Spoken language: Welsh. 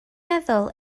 meddwl